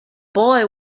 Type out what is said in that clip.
boy